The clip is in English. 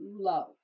Love